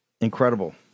Incredible